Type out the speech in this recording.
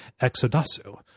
Exodasu